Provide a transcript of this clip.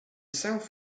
south